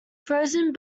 frozen